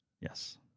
Yes